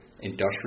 industrial